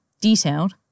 detailed